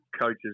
coaches